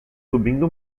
subindo